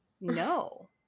No